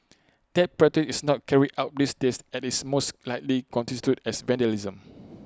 that practice is not carried out these days as IT most likely constitutes as vandalism